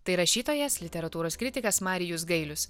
tai rašytojas literatūros kritikas marijus gailius